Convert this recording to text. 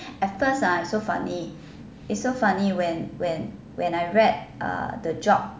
at first ha so funny eh it's so funny when when when I read the job